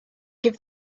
give